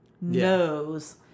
knows